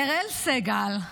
אראל סג"ל,